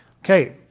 Okay